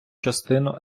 частину